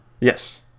Yes